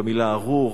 במלה "ארור",